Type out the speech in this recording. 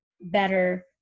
better